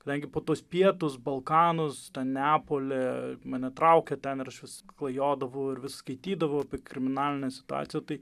kadangi po tuos pietus balkanus neapolį mane traukia ten ir aš vis klajodavau ir vis skaitydavau apie kriminalinę situaciją tai